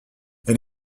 elle